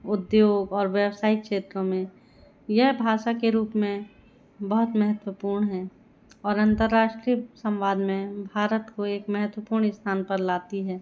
उद्योग और व्यावसायिक क्षेत्रों में यह भाषा के रूप में बहुत महत्वपूर्ण है और अन्तर्राष्ट्रीय संवाद में भारत को एक महत्वपूर्ण स्थान पर लाती है